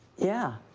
yeah.